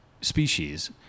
species